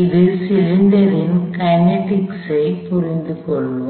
இந்த சிலிண்டரின் இயக்கவியலைப் புரிந்துகொள்வோம்